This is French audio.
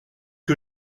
que